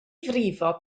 frifo